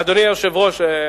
אדוני היושב-ראש,